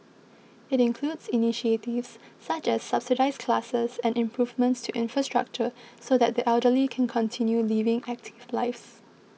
it includes initiatives such as subsidised classes and improvements to infrastructure so that the elderly can continue living active lives